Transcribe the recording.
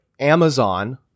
Amazon